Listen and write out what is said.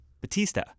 Batista